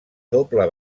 doble